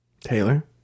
Taylor